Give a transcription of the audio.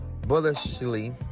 bullishly